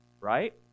right